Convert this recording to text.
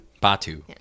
Batu